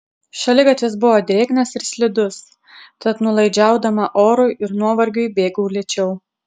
šaligatvis buvo drėgnas ir slidus tad nuolaidžiaudama orui ir nuovargiui bėgau lėčiau